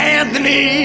Anthony